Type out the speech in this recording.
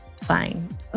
fine